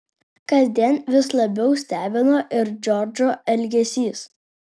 kasdien vis labiau stebino ir džordžo elgesys